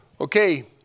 okay